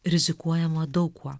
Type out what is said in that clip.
rizikuojama daug kuo